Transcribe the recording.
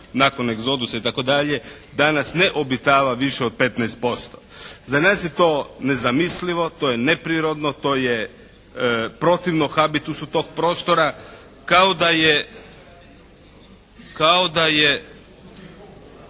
nakon egzodusa itd. danas ne obitava više od 15%. Za nas je to nezamislivo, to je neprirodno, to je protivno habitusu tog prostora, kao da je u tih 15% netko